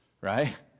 right